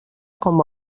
com